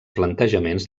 plantejaments